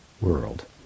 world